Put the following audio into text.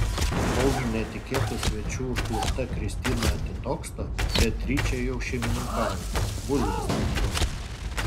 kol netikėtų svečių užklupta kristina atitoksta beatričė jau šeimininkauja bulves tarkuoja